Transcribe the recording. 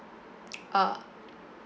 uh